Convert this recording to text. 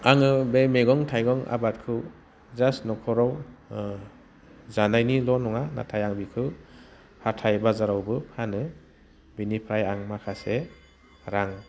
आङो बे मैगं थाइगं आबादखौ जास्ट न'खराव जानायनिल' नङा नाथाय आं बिखौ हाथाइ बाजारावबो फानो बिनिफ्राय आं माखासे रां